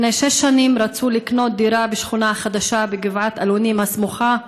לפני שש שנים הם רצו לקנות דירה בשכונה החדשה בגבעת אלונים הסמוכה,